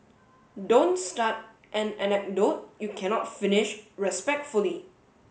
don't start an anecdote you cannot finish respectfully